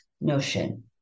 notion